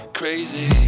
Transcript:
crazy